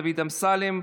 דוד אמסלם,